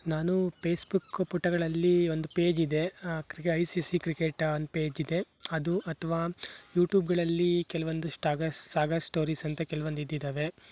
ನಾನು ಫೇಸ್ಬುಕ್ ಪುಟಗಳಲ್ಲಿ ಒಂದು ಪೇಜ್ ಇದೆ ಕ್ರಿಕೆ ಐ ಸಿ ಸಿ ಕ್ರಿಕೆಟ್ ಅಂತ ಪೇಜ್ ಇದೆ ಅದು ಅಥವಾ ಯೂಟ್ಯೂಬ್ಗಳಲ್ಲಿ ಕೆಲವೊಂದು ಸ್ಟಾಗರ್ಸ್ ಸಾಗರ್ ಸ್ಟೋರಿಸ್ ಅಂತ ಕೆಲವೊಂದು ಇದಿದಾವೆ